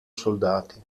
soldati